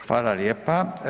Hvala lijepa.